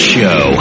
Show